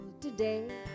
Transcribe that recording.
today